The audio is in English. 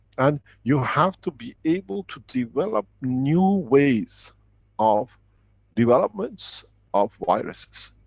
and you have to be able to develop new ways of developments of viruses,